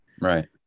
right